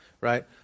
right